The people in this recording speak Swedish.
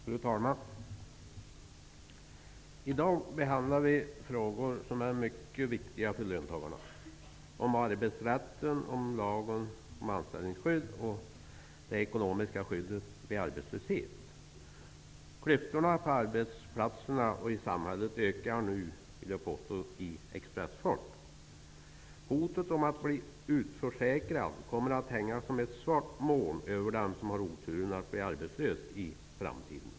Fru talman! I dag behandlar vi frågor som är mycket viktiga för löntagarna. Det handlar om arbetsrätten, lagen om anställningsskydd och det ekonomiska skyddet vid arbetslöshet. Jag vill påstå att klyftorna på arbetsplatserna och i samhället nu ökar med expressfart. Hotet om att bli utförsäkrad kommer att hänga som ett svart moln över dem som har oturen att bli arbetslösa i framtiden.